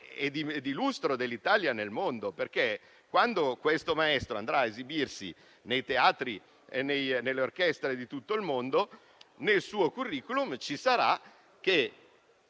e di lustro dell'Italia nel mondo, perché, quando questo maestro andrà a esibirsi nei teatri e nelle orchestre di tutto il mondo, nel suo *curriculum* ci sarà, come